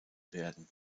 werden